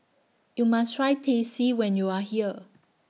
YOU must Try Teh C when YOU Are here